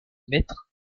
mettre